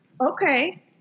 Okay